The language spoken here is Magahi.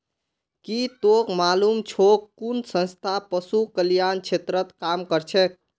की तोक मालूम छोक कुन संस्था पशु कल्याण क्षेत्रत काम करछेक